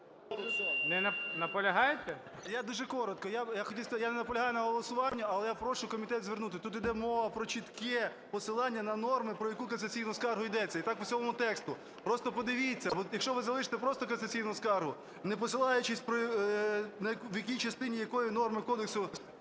Я хотів сказати, я не наполягаю на голосуванні, але я прошу комітет звернути: тут іде мова про чітке посилання на норми, про яку касаційну скаргу ідеться. І так по всьому тексту. Просто подивіться, бо якщо ви залишите просто касаційну скаргу, не посилаючись, в якій частині якої норми кодексу